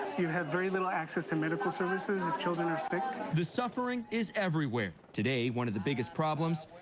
you have very little access to medical services if children are sick. the suffering is everywhere. today, one of the biggest problems,